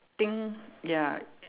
think ya